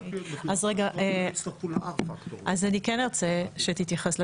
מיכאל, אני כן רוצה שתתייחס.